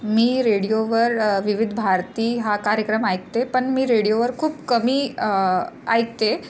मी रेडिओवर विविध भारती हा कार्यक्रम ऐकते पण मी रेडिओवर खूप कमी ऐकते